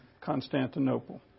Constantinople